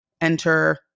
enter